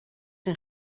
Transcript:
een